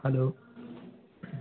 hello